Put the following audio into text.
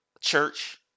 church